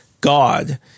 God